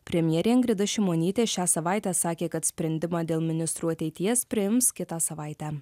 premjerė ingrida šimonytė šią savaitę sakė kad sprendimą dėl ministrų ateities priims kitą savaitę